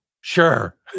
Sure